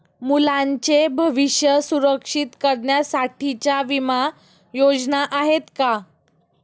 मुलांचे भविष्य सुरक्षित करण्यासाठीच्या विमा योजना आहेत का?